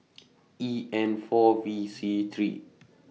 E N four V C three